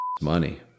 money